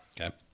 Okay